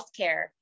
healthcare